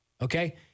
okay